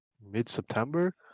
mid-september